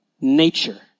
nature